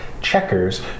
checkers